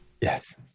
yes